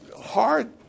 hard